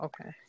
okay